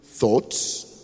Thoughts